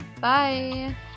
Bye